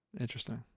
Interesting